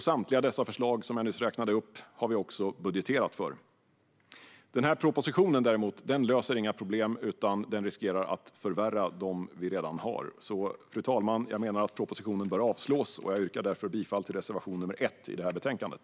Samtliga dessa förslag har vi också budgeterat för. Fru talman! Denna proposition löser inga problem, utan den riskerar att förvärra dem vi redan har. Jag menar därför att propositionen bör avslås och yrkar därför bifall till reservation nr 1 i betänkandet.